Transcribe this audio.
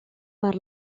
per